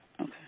Okay